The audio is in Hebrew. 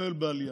לטפל בעלייה.